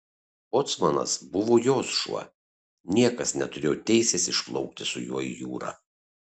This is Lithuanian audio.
bocmanas buvo jos šuo niekas neturėjo teisės išplaukti su juo į jūrą